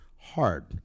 hard